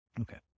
Okay